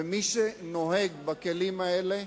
ומי שנוהג בכלים האלה,